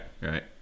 Right